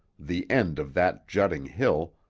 the end of that jutting hill,